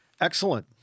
Excellent